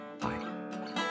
Bye